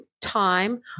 time